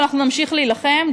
אבל אנחנו נמשיך להילחם,